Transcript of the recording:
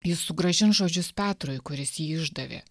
jis sugrąžins žodžius petrui kuris jį išdavė